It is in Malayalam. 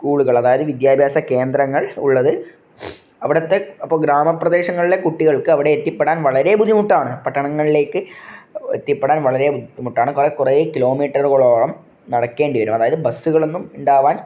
സ്കൂളുകൾ അതായത് വിദ്യാഭ്യാസ കേന്ദ്രങ്ങൾ ഉള്ളത് അവിടത്തെ അപ്പോൾ ഗ്രാമപ്രദേശങ്ങളിലെ കുട്ടികൾക്ക് അവിടെ എത്തിപ്പെടാൻ വളരെ ബുദ്ധിമുട്ടാണ് പട്ടണങ്ങളിലേക്ക് എത്തിപ്പെടാൻ വളരെ ബുദ്ധിമുട്ടാണ് കുറെ കിലോമീറ്ററുകളോളം നടക്കേണ്ടി വരും അതായത് ബസ്സുകളൊന്നും ഉണ്ടാവാൻ